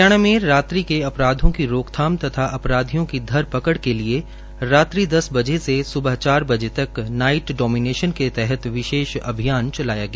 हरियाणा के रात्रि को अपराधों की रोकथाम तथा अपराधियों की धरपकड़ के लिये रात्रि दस बजे से स्बह चार बजे तक नाईट डोमिनेशन के तहत विशेष अभियान चलाया गया